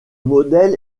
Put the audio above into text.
modèle